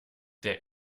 der